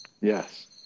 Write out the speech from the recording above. Yes